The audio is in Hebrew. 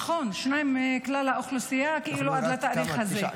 נכון, שניים מכלל האוכלוסייה עד לתאריך הזה.